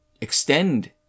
extend